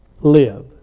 live